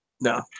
No